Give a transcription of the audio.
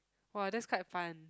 !wah! that's quite fun